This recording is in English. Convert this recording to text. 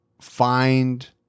find